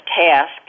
task